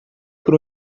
por